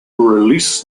release